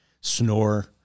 Snore